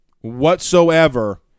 whatsoever